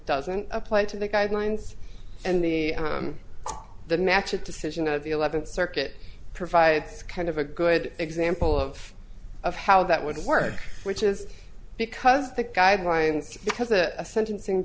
doesn't apply to the guidelines and the the macha decision of the eleventh circuit provides kind of a good example of of how that would work which is because the guidelines because a sentencing